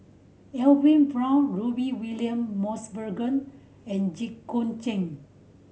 Edwin Brown Rudy William Mosbergen and Jit Koon Ch'ng